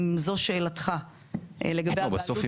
אם זו שאלתך לגבי הבעלות --- בסוף,